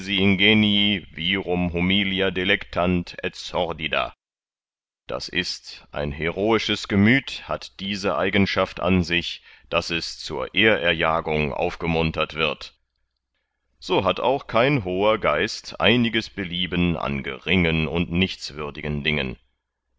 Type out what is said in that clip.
sordida das ist ein heroisches gemüt hat diese eigenschaft an sich daß es zur ehrerjagung aufgemuntert wird so hat auch kein hoher geist einiges belieben an geringen und nichtswürdigen dingen